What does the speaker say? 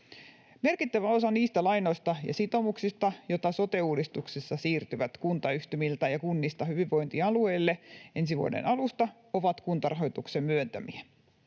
Merkittävä osa niistä lainoista ja sitoumuksista, jotka sote-uudistuksessa siirtyvät kuntayhtymiltä ja kunnista hyvinvointialueille ensi vuoden alusta, on Kuntarahoituksen myöntämiä.